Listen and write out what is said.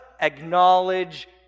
acknowledge